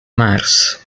março